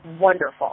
wonderful